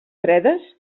fredes